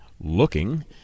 looking